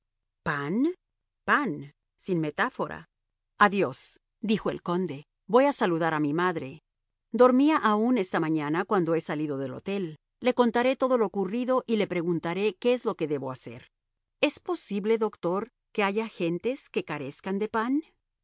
pan pan sin metáfora adiós dijo el conde voy a saludar a mi madre dormía aún esta mañana cuando he salido del hotel le contaré todo lo ocurrido y le preguntaré qué es lo que debo hacer es posible doctor que haya gentes que carezcan de pan